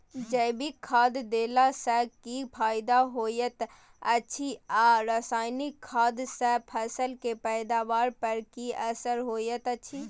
जैविक खाद देला सॅ की फायदा होयत अछि आ रसायनिक खाद सॅ फसल के पैदावार पर की असर होयत अछि?